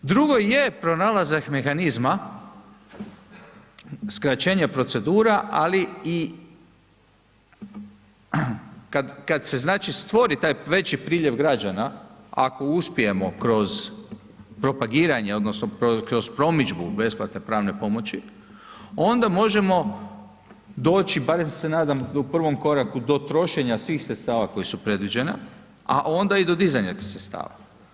Drugo je pronalazak mehanizma, skraćenje procedura, ali i kada se znači stvori taj veći priljev građana ako uspijemo kroz propagiranje odnosno kroz promidžbu besplatne pravne pomoći, onda možemo doći barem se nadam u prvom koraku do trošenja svih sredstava koja su predviđena, a onda i do dizanja sredstava.